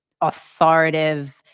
authoritative